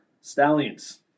Stallions